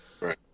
right